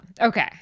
Okay